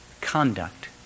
conduct